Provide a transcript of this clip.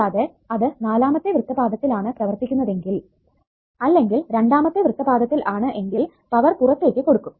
കൂടാതെ അത് നാലാമത്തെ വൃത്തപാദത്തിൽ ആണ് പ്രവർത്തിക്കുന്നതെങ്കിൽ അല്ലെങ്കിൽ രണ്ടാമത്തെ വൃത്തപാദത്തിൽ ആണ് എങ്കിൽ പവർ പുറത്തേക്ക് കൊടുക്കും